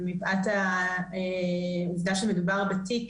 ומפאת העובדה שמדובר בתיק